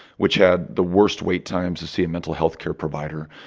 which had the worst wait times to see a mental health care provider,